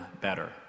better